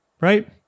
right